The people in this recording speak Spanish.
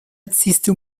existe